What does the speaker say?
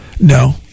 No